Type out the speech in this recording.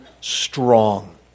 strong